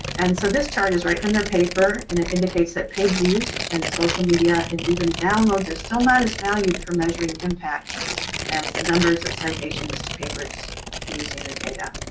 and so this chart is right from their paper and and indicates that page use and social media and even downloads are still not as valued for measuring impact as the numbers of citations papers using the data.